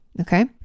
okay